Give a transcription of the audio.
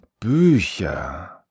Bücher